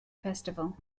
festival